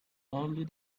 only